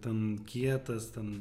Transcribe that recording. ten kietas ten